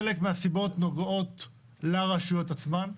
חלק מהסיבות נוגעות לרשויות עצמן,